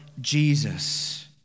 Jesus